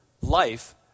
life